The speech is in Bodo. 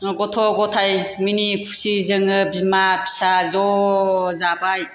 गथ' गथाय मिनि खुसि जोङो बिमा फिसा ज' जाबाय